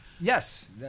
Yes